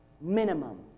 minimum